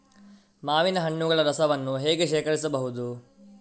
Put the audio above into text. ಮಾವಿನ ಹಣ್ಣುಗಳ ರಸವನ್ನು ಹೇಗೆ ಶೇಖರಿಸಬಹುದು?